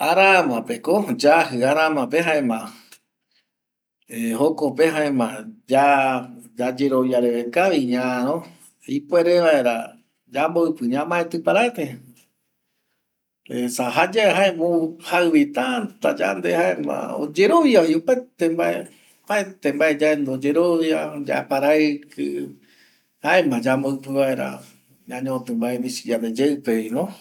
Araama pe ko yaji araama pe jaema jokope ya yayerovia kavi ñaro esa jaye jaema ou jaevi tata yande jama yandepuere vaera ñañoti vae misi vaera yandeve.